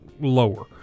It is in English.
lower